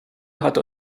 hat